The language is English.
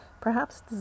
Perhaps